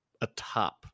atop